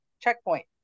checkpoint